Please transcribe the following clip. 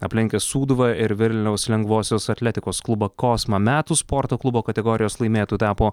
aplenkęs sūduvą ir vilniaus lengvosios atletikos klubą kosma metų sporto klubo kategorijos laimėtoju tapo